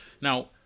Now